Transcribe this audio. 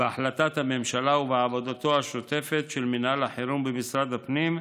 בהחלטת הממשלה ובעבודתו השוטפת של מינהל החירום במשרד הפנים,